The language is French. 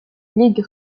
ligue